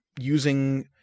using